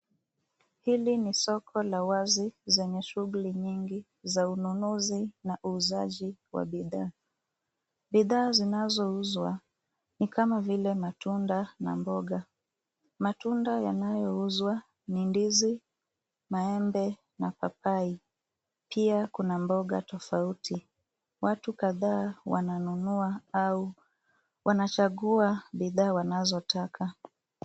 Hili ni soko la wazi zenye shughuli nyingi za ununuzi na uuzaji wa bidhaa. Bidhaa zinazouzwa ni kama vile matunda na mboga. Matunda yanayouzwa ni ndizi, maembe na papai. Pia kuna mboga tofauti. Watu kadhaa wananunua au wanachagua bidhaa wanazotaka.